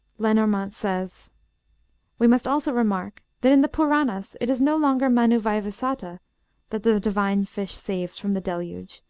lenormant says we must also remark that in the puranas it is no longer mann vaivasata that the divine fish saves from the deluge,